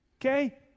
okay